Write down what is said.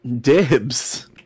Dibs